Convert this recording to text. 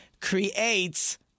creates